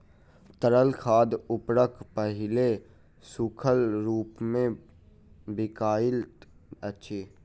तरल खाद उर्वरक पहिले सूखल रूपमे बिकाइत अछि